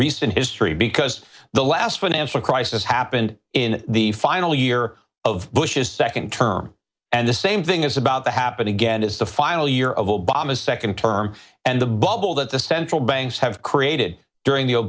recent history because the last financial crisis happened in the final year of bush's second term and the same thing is about to happen again is the final year of obama's second term and the bubble that the central banks have created during the